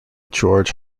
george